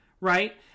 right